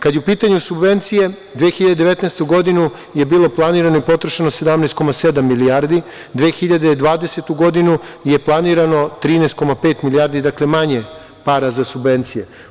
Kada su u pitanju subvencije, 2019. godinu je bilo planirano i potrošeno 17,7 milijardi, 2020. godinu je planirano 13,5 milijardi, dakle, manje para za subvencije.